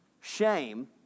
shame